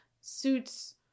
suits